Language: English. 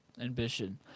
ambition –